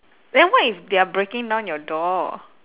then what if they are breaking down your door